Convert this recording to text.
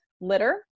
litter